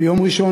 ביום ראשון,